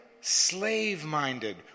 slave-minded